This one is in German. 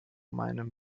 meinem